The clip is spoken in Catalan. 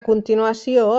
continuació